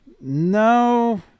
No